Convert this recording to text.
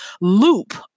loop